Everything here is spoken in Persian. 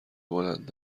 بلند